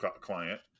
client